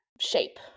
shape